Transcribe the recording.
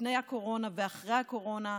לפני הקורונה ואחרי הקורונה,